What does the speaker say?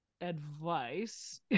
advice